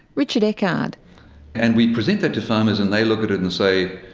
richard eckard and we present that to farmers and they look at it and say,